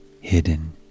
hidden